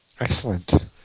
Excellent